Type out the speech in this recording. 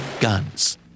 guns